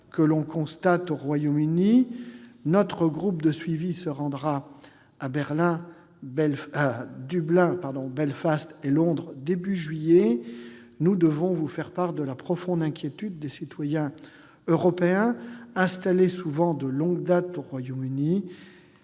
que l'on constate au Royaume-Uni. Notre groupe de suivi se rendra à Dublin, Belfast et Londres au début du mois de juillet. Nous devons vous faire part de la profonde inquiétude des citoyens européens installés, souvent de longue date, au Royaume-Uni,